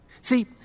See